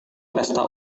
pesta